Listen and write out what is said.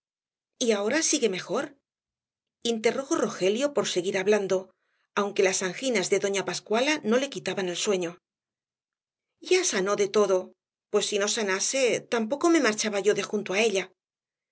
ahora sigue mejor interrogó rogelio por seguir hablando aunque las anginas de doña pascuala no le quitaban el sueño ya sanó de todo pues si no sanase tampoco me marchaba yo de junta ella